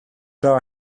draw